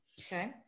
Okay